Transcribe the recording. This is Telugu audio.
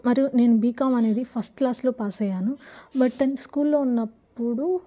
మరియు నేను బీకామ్ అనేది ఫస్ట్ క్లాస్లో పాస్ అయ్యాను బట్ టెన్త్ స్కూల్లో ఉన్నప్పుడు